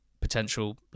potential